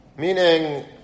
meaning